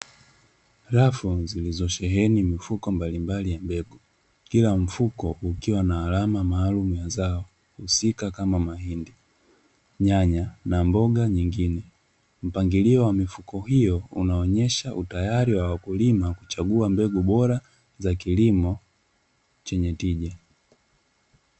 Rafu zilizosheheni mifuko mbalimbali ya mbegu, kila mfuko ukiwa na alama maalumu ya zao husika kama mahindi, nyanya na mboga nyingine. Mpangilio wa mifuko hiyo unaonyesha utayari wa wakulima kuchagua mbegu bora za kilimo chenye tija.